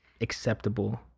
acceptable